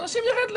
לאנשים יירד,